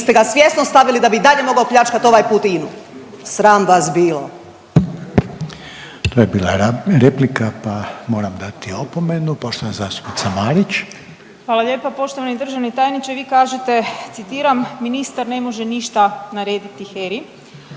vi ste ga svjesno stavili da bi i dalje mogao pljačkati ovaj put INA-u. Sram vas bilo! **Reiner, Željko (HDZ)** To je bila replika, pa moram dati opomenu. Poštovana zastupnica Marić. **Marić, Andreja (SDP)** Hvala lijepa poštovani državni tajniče. Vi kažete citiram ministar ne može ništa narediti HERA-i,